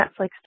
Netflix